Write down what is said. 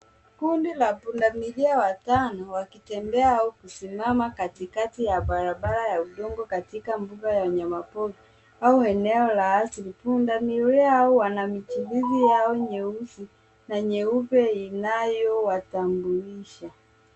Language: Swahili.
Kundi la pundamilia watano wakitembea au kusimama katikati ya barabara ya udongo katika mbuga ya wanyama pori au eneo la asili. Pundamilia hao wana michirizi yao nyeusi na nyeupe inayowatambulisha.